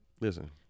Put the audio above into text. Listen